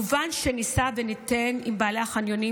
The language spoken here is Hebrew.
מובן שנישא וניתן עם בעלי החניונים,